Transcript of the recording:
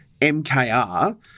MKR